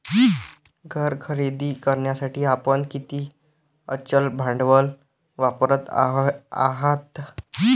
घर खरेदी करण्यासाठी आपण किती अचल भांडवल वापरत आहात?